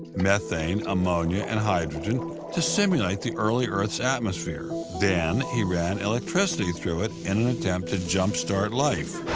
methane, ammonia, and hydrogen to simulate the early earth's atmosphere. then he ran electricity through it in an attempt to jump-start life.